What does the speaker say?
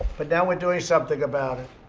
but now we're doing something about it.